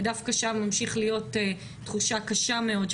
ושדווקא ממשיכה להיות שם לנפגעות תחושה מאוד קשה.